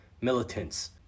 militants